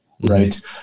right